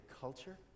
culture